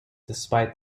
despite